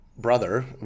brother